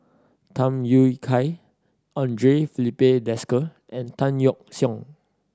Tham Yui Kai Andre Filipe Desker and Tan Yeok Seong